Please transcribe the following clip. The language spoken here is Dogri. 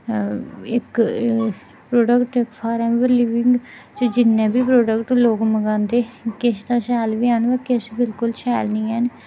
इक प्रोडकट सारें च लिविंग च जिन्ने बी प्रोडकट लोक मंगादे किश ते शैल बी हैन ते किश बिल्कुल शैल निं हैन